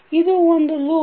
ಇದು ಒಂದು ಲೂಪ್